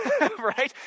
right